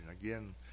again